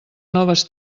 noves